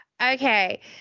Okay